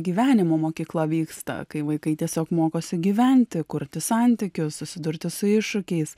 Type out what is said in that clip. gyvenimo mokykla vyksta kai vaikai tiesiog mokosi gyventi kurti santykius susidurti su iššūkiais